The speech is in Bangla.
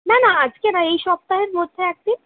না না আজকে না এই সপ্তাহের মধ্যে একদিন